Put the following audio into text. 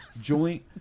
joint